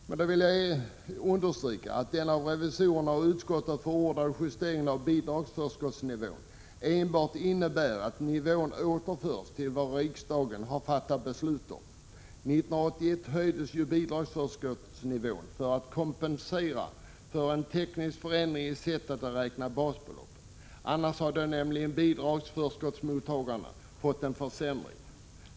Men jag vill understryka att den av revisorerna och utskottet förordade justeringen av bidragsförskottsnivån enbart innebär att den återförs till den nivå som riksdagen har fattat beslut om. År 1981 höjdes ju bidragsförskottsnivån för att kompensera för en teknisk förändring i sättet att beräkna basbelopp; annars hade nämligen bidragsförskottsmottagarna fått en försämring.